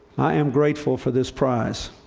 i am grateful for this prize,